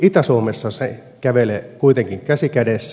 itä suomessa ne kävelevät kuitenkin käsi kädessä